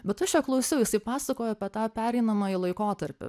bet aš jo klausiau jisai pasakojo apie tą pereinamąjį laikotarpį